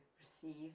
receive